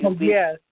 Yes